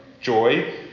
joy